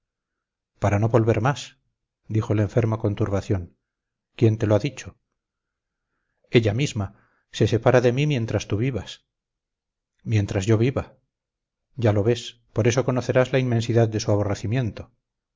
para no volver más dijo el enfermo con turbación quién te lo ha dicho ella misma se separa de mí mientras tú vivas mientras yo viva ya lo ves por eso conocerás la inmensidad de su aborrecimiento